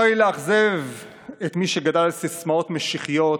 צר לי לאכזב את מי שגדל לסיסמאות משיחיות,